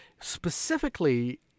specifically